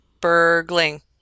burgling